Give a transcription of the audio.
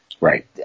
Right